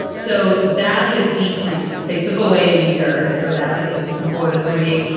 so that has decreased. they took away a year for that. i think it went from four to three.